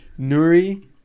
Nuri